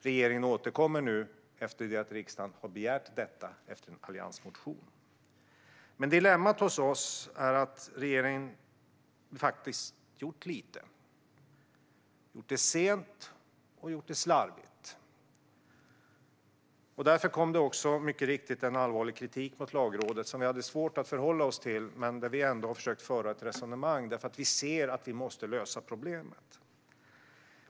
Regeringen återkommer nu efter att riksdagen begärt detta i enlighet med en alliansmotion. Dilemmat för oss är att regeringen har gjort lite och gjort det sent och slarvigt. Därför kom det också mycket riktigt allvarlig kritik från Lagrådet, som vi hade svårt att förhålla oss till. Vi har försökt föra ett resonemang, för vi ser att vi måste lösa problemet.